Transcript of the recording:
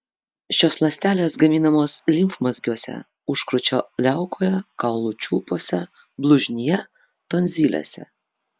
šios ląstelės gaminamos limfmazgiuose užkrūčio liaukoje kaulų čiulpuose blužnyje tonzilėse